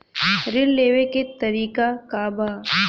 ऋण लेवे के तरीका का बा?